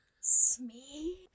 Smee